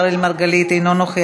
חבר הכנסת אראל מרגלית, אינו נוכח.